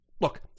look